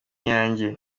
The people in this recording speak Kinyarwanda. iyanjye